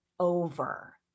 over